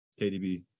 KDB